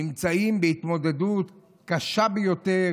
נמצאים בהתמודדות קשה ביותר,